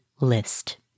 list